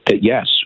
yes